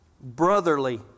brotherly